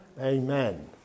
Amen